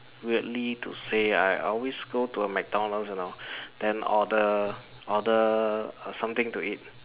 weirdly to say I I always go to a McDonalds you know then order order something to eat